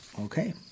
Okay